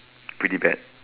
pretty bad